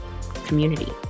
community